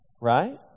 Right